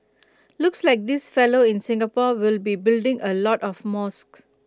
looks like this fellow in Singapore will be building A lot of mosques